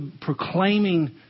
proclaiming